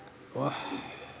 !wah!